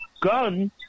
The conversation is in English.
gun